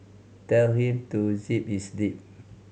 tell him to zip his lip